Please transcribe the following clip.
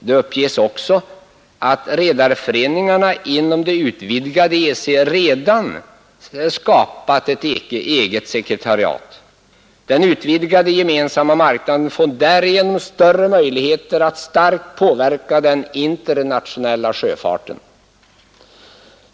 Det uppges också att redarföreningarna inom det utvidgade EEC redan skapat ett eget sekretariat. Den utvidgade gemensamma marknaden får därigenom större möjligheter att starkt påverka den internationella sjöfarten.